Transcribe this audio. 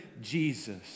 Jesus